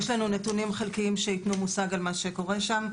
יש לנו נתונים חלקיים שייתנו מושג על מה שקורה שם,